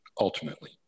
Ultimately